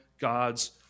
God's